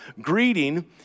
greeting